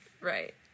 Right